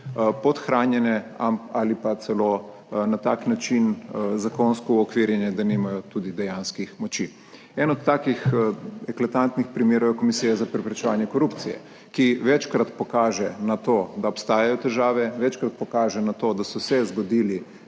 podhranjene ali pa celo na tak način zakonsko uokvirjene, da nimajo tudi dejanskih moči. Eden od takih eklatantnih primerov je Komisija za preprečevanje korupcije, ki večkrat pokaže na to, da obstajajo težave, večkrat pokaže na to, da so se zgodili